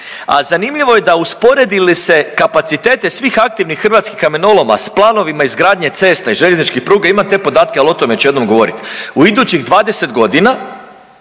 a zanimljivo je da usporedi li se kapacitete svih aktivnih hrvatskim kamenoloma s planovima izgradnje ceste i željezničke pruge, imam te podatke ali o tome ću jednom govorit, u idućih 20 godina